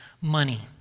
money